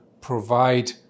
provide